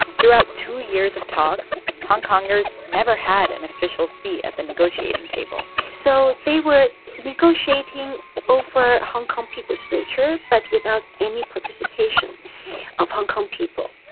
throughout two years of talks, hong kongers never had an official seat at the negotiating table so they were negotiating over hong kong people's future but without any participation of hong kong people.